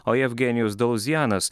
o jevgenijus daluzjanas